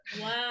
Wow